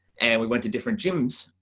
and we went to different gyms.